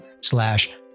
slash